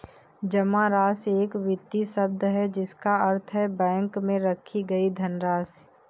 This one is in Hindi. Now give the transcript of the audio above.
जमा राशि एक वित्तीय शब्द है जिसका अर्थ है बैंक में रखी गई धनराशि